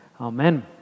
Amen